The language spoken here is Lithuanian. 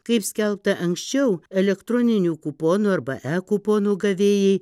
kaip skelbta anksčiau elektroninių kuponų arba e kuponų gavėjai